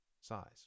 size